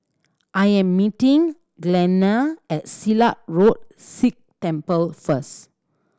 I am meeting Glenna at Silat Road Sikh Temple first